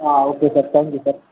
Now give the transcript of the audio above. ఆ okay sir thank you sir